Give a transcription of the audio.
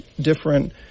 different –